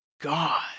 God